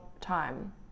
time